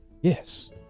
Yes